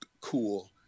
cool